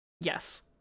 Yes